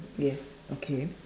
yes okay